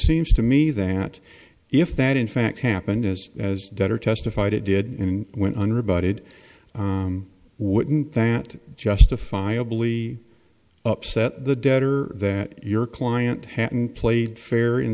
seems to me that if that in fact happened as as debtor testified it did in when under about it wouldn't that justifiably upset the debtor that your client hatton played fair in